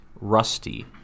Rusty